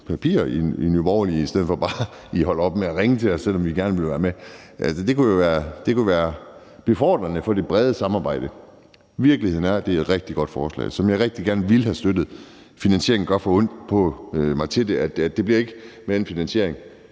papir, i stedet for at I bare holder op med at ringe til os, selv om vi gerne vil være med. Det kunne være befordrende for det brede samarbejde. Virkeligheden er, at det er et rigtig godt forslag, som jeg rigtig gerne ville have støttet. Finansieringen gør for ondt på mig. Det bliver ikke med den finansiering.